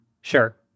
Sure